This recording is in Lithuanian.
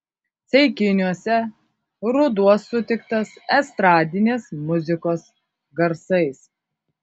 ceikiniuose ruduo sutiktas estradinės muzikos garsais